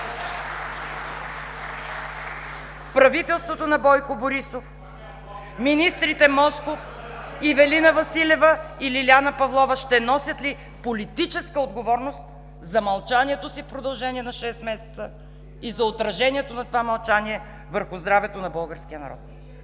Правителството на Бойко Борисов, министрите Москов, Ивелина Василева и Лиляна Павлова ще носят ли политическа отговорност за мълчанието си в продължение на шест месеца и за отражението на това мълчание върху здравето на българския народ?